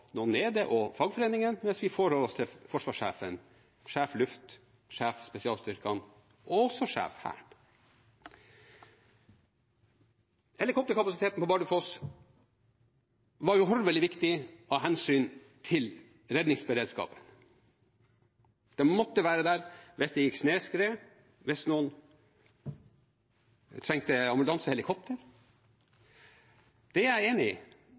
noen nede og fagforeningen, mens vi forholder oss til forsvarssjefen, sjef for Luft, sjef for spesialstyrkene og også sjefen for Hæren. Helikopterkapasiteten på Bardufoss var uhorvelig viktig av hensyn til redningsberedskapen. De måtte være der hvis det gikk snøskred, hvis noen trengte ambulansehelikopter. Det er jeg enig i,